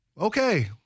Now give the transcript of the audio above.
okay